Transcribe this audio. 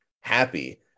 happy